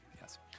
Yes